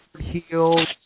heels